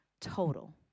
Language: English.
total